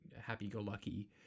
happy-go-lucky